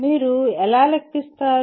మీరు ఎలా లెక్కిస్తారు